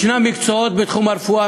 יש מקצועות בתחום הרפואה,